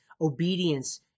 obedience